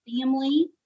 family